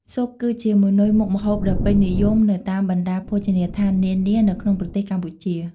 ស៊ុបគឺជាម៉ឺនុយមុខម្ហូបដ៏ពេញនិយមនៅតាមបណ្តាភោជនីយដ្ឋាននានានៅក្នុងប្រទេសកម្ពុជា។